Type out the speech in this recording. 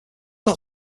not